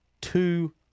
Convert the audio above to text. two